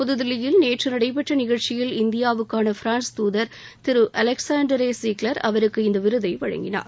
புதுதில்லியில் நேற்று நடைபெற்ற நிகழ்ச்சியில் இந்தியாவுக்கான பிரான்ஸ்தாதர் திரு அலெக்சாண்டரே ஜீக்லர் அவருக்கு இந்த விருதை வழங்கினார்